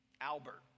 Albert